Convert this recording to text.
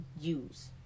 use